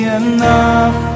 enough